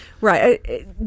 right